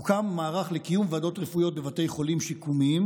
הוקם מערך לקיום ועדות רפואיות בבתי חולים שיקומיים,